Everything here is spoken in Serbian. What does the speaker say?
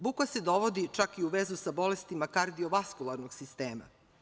Buka se dovodi čak i u vezu sa bolestima kardio-vaskularnog sistema.